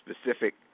specific